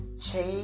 Change